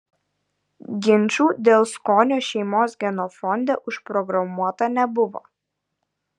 ginčų dėl skonio šeimos genofonde užprogramuota nebuvo